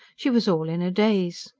she was all in a daze.